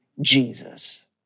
Jesus